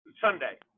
Sunday